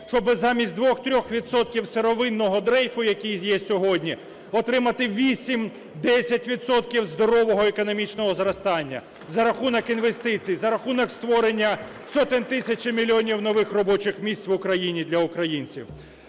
щоби замість 2-3 відсотків сировинного дрейфу, який є сьогодні, отримати 8-10 відсотків здорового економічного зростання за рахунок інвестицій, за рахунок створення сотень тисяч і мільйонів робочих місць в Україні для українців.